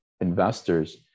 investors